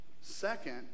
Second